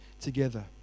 together